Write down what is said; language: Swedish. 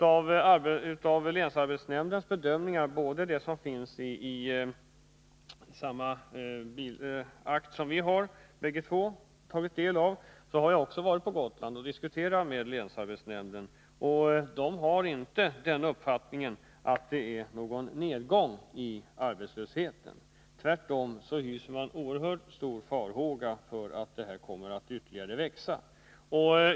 Av länsarbetsnämndens bedömningar dels i fråga om vad som finns i den akt som vi båda tagit del av, dels i fråga om vad jag fått veta då jag varit på Gotland och diskuterat med länsarbetsnämnden, framgår att länsarbetsnämnden inte har uppfattningen att det är någon nedgång i arbetslösheten. Tvärtom hyser man oerhört stora farhågor för att den kommer att växa ytterligare.